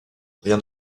rien